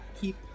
keep